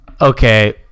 okay